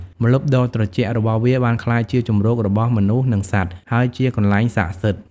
ម្លប់ដ៏ត្រជាក់របស់វាបានក្លាយជាជម្រកសម្រាប់មនុស្សនិងសត្វ ហើយជាកន្លែងស័ក្តិសិទ្ធិ។